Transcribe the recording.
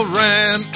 ran